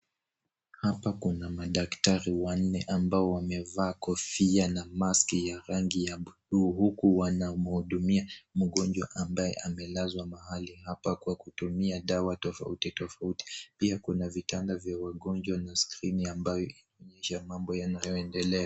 Hapa kuna madaktari wanne ambao wamevaa kofia na maski ya rangi ya buluu huku wanamhudumia mgonjwa ambaye amelazwa mahali hapa kwa kutumia dawa tofauti tofauti. Pia kuna vitanda vya wagonjwa na skrini ambayo inaonyesha mambo yanayoendelea.